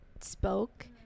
spoke